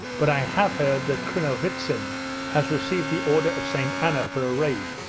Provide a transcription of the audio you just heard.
but i have heard that krinovitsin has received the order of st. anna for a raid.